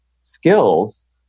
skills